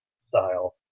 style